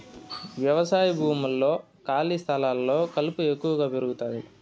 వ్యవసాయ భూముల్లో, ఖాళీ స్థలాల్లో కలుపు ఎక్కువగా పెరుగుతాది